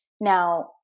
Now